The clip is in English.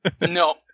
No